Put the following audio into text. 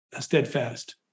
steadfast